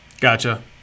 Gotcha